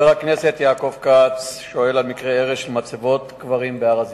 חבר הכנסת יעקב כץ שואל על מקרה הרס של מצבות קברים בהר-הזיתים.